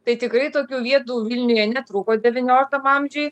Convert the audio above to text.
tai tikrai tokių vietų vilniuje netrūko devynioliktam amžiuj